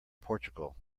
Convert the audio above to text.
portugal